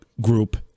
Group